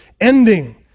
ending